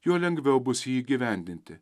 juo lengviau bus jį įgyvendinti